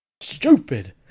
Stupid